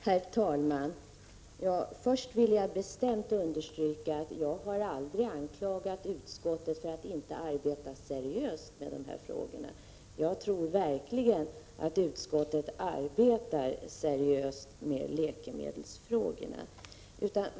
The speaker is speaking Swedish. Herr talman! Först vill jag bestämt understryka att jag aldrig har anklagat utskottet för att inte arbeta seriöst med läkemedelsfrågorna. Jag tror verkligen att utskottet gör det.